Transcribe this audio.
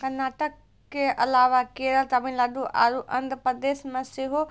कर्नाटक के अलावा केरल, तमिलनाडु आरु आंध्र प्रदेश मे सेहो